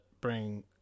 bring